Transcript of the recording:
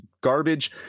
garbage